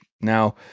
now